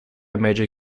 major